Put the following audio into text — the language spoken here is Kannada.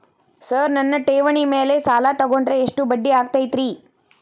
ಸರ್ ನನ್ನ ಠೇವಣಿ ಮೇಲೆ ಸಾಲ ತಗೊಂಡ್ರೆ ಎಷ್ಟು ಬಡ್ಡಿ ಆಗತೈತ್ರಿ?